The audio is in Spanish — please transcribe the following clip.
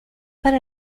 para